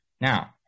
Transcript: Now